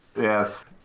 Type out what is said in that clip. Yes